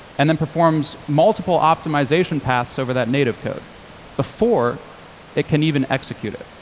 and then performs multiple optimization paths over that native code before it can even execute it.